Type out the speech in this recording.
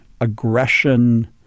aggression